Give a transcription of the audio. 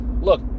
look